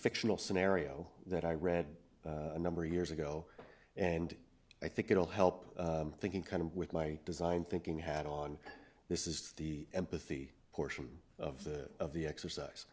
fictional scenario that i read a number of years ago and i think it will help thinking kind of with my design thinking had on this is the empathy portion of the of the exercise